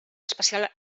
especial